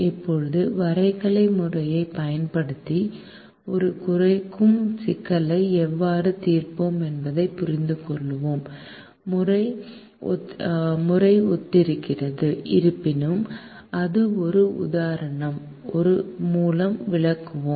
இப்போது வரைகலை முறையைப் பயன்படுத்தி ஒரு குறைக்கும் சிக்கலை எவ்வாறு தீர்ப்போம் என்பதைப் புரிந்துகொள்வோம் முறை ஒத்திருக்கிறது இருப்பினும் அதை ஒரு உதாரணம் மூலம் விளக்குவோம்